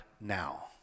now